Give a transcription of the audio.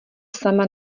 sama